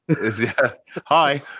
Hi